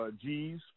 G's